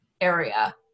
area